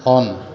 on